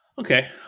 Okay